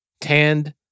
tanned